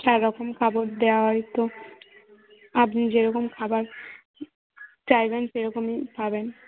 চার রকম খাবর দেওয়া হয় তো আপনি যেরকম খাবার চাইবেন সেরকমই পাবেন